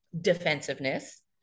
defensiveness